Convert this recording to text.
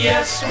Yes